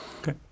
okay